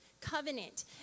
covenant